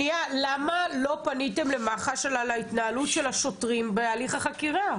למה לא פניתם למח"ש על ההתנהלות של השוטרים בהליך החקירה?